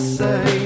say